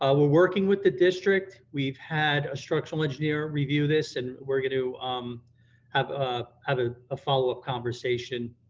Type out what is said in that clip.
ah we're working with the district, we've had a structural engineer review this and we're gonna um have ah have ah a follow up conversation